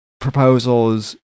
proposals